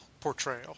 portrayal